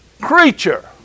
creature